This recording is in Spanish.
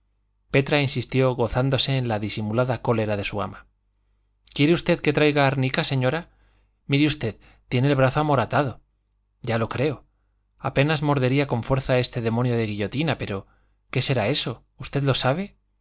petra insistió gozándose en la disimulada cólera de su ama quiere usted que traiga árnica señora mire usted tiene el brazo amoratado ya lo creo apenas mordería con fuerza ese demonio de guillotina pero qué será eso usted lo sabe